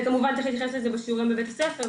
וכמובן צריך להתייחס לזה בשיעורים בבתי הספר,